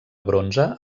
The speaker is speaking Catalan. bronze